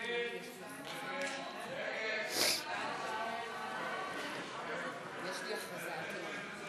ההצעה להעביר את הצעת חוק